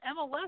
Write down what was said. MLS